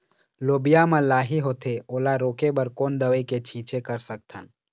लोबिया मा लाही होथे ओला रोके बर कोन दवई के छीचें कर सकथन?